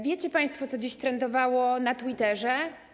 Wiecie państwo, co dziś trendowało na Twitterze?